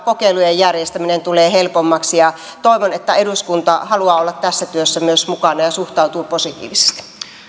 kokeilujen järjestäminen tulee helpommaksi ja toivon että eduskunta haluaa olla tässä työssä myös mukana ja suhtautuu siihen positiivisesti